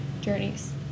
journeys